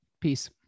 Peace